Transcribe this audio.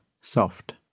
soft